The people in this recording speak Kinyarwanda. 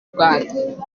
rwanda